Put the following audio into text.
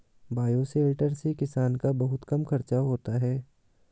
bioshelter से किसान का बहुत कम खर्चा होता है